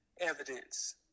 evidence